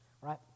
right